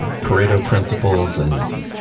and parado principles and